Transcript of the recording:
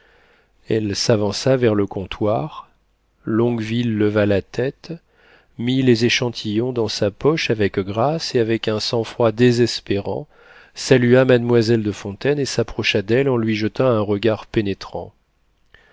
elle s'avança vers le comptoir longueville leva la tête mit les échantillons dans sa poche avec grâce et avec un sang-froid désespérant salua mademoiselle de fontaine et s'approcha d'elle en lui jetant un regard pénétrant